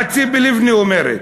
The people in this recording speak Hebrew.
מה ציפי לבני אומרת?